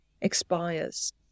expires